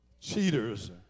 cheaters